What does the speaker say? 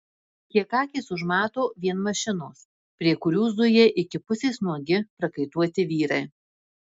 kiek akys užmato vien mašinos prie kurių zuja iki pusės nuogi prakaituoti vyrai